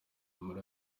muri